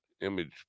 Image